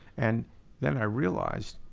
and then i realized